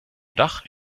dach